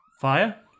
fire